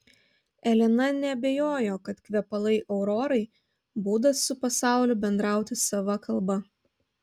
elena neabejojo kad kvepalai aurorai būdas su pasauliu bendrauti sava kalba